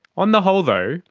on the whole though,